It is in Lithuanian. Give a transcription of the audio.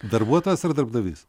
darbuotojas ar darbdavys